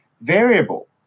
variable